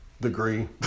degree